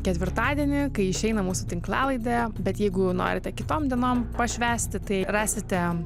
ketvirtadienį kai išeina mūsų tinklalaidė bet jeigu norite kitom dienom pašvęsti tai rasite